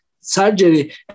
surgery